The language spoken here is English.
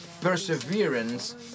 perseverance